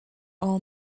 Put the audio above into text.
all